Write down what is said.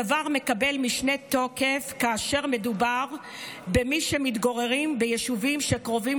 הדבר מקבל משנה תוקף כאשר מדובר במי שמתגוררים ביישובים שקרובים